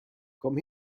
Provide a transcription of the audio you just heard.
komm